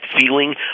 feeling